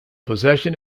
possession